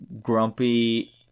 grumpy